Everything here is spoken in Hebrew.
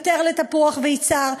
יותר לתפוח ויצהר,